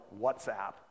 WhatsApp